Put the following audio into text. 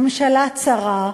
ממשלה צרה,